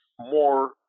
more